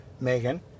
Megan